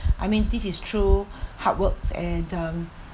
I mean this is true hard works and um